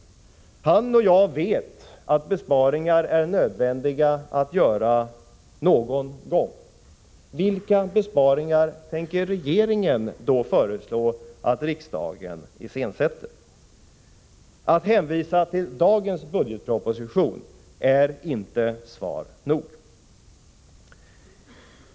Bengt Göransson och jag vet att besparingar är nödvändiga någon gång. Vilka besparingar tänker regeringen så småningom föreslå att riksdagen iscensätter? Att hänvisa till dagens budgetproposition är inte svar nog.